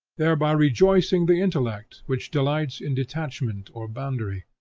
thereby rejoicing the intellect, which delights in detachment or boundary.